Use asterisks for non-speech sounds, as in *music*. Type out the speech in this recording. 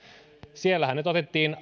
siellä hänet otettiin *unintelligible*